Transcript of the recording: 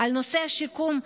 לנושא השיקום,